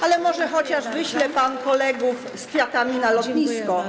Ale może chociaż wyśle pan kolegów z kwiatami na lotnisko?